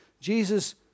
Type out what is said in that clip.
Jesus